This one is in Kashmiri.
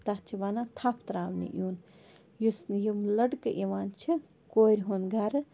تتھ چھِ وَنان تھپ تراونہِ یُن یُس یہِ لَڑکہٕ یِوان چھِ کورِ ہُنٛد گَرٕ